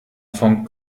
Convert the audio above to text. von